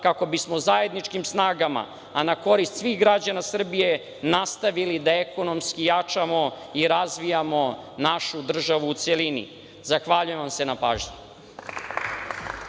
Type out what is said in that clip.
kako bismo zajedničkim snagama, a na korist svih građana Srbije nastavili da ekonomski jačamo i razvijamo našu državu u celini. Zahvaljujem se na pažnji.